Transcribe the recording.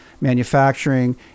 manufacturing